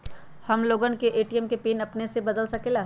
हम लोगन ए.टी.एम के पिन अपने से बदल सकेला?